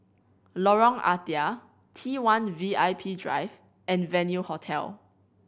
Lorong Ah Thia T One V I P Drive and Venue Hotel